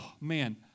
man